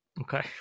Okay